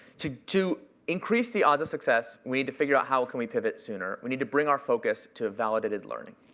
to to increase the odds of success, we need to figure out how can we pivot sooner. we need to bring our focus to a validated learning.